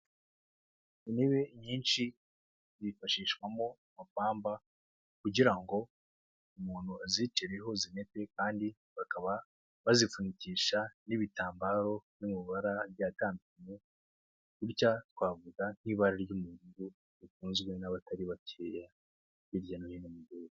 Intebe nyinshi bifashishwamo amapamba kugira ngo umuntu azicireho zinepe ,kandi bakaba bazipfunyikisha n'ibitambaro biri mu mubara agiye atandukanye, gutya twavuga nk'ibara ry'umugo rikunzwe n'abatari bakeya hirya no hino.